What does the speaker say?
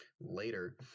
later